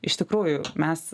iš tikrųjų mes